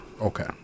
Okay